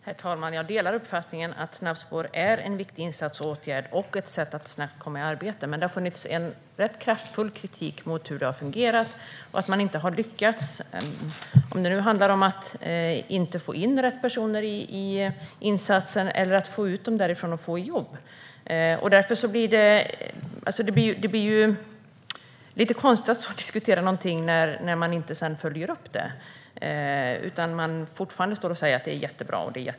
Herr talman! Jag delar uppfattningen att snabbspår är en viktig insats och åtgärd och ett sätt för människor att snabbt komma i arbete. Men det har funnits en rätt kraftfull kritik mot hur det har fungerat och att man inte har lyckats, om det nu handlar om att få in rätt personer i insatsen eller om att få ut dem därifrån och i jobb. Det blir lite konstigt att diskutera någonting när man sedan inte följer upp det. Man står fortfarande och säger att det är jättebra.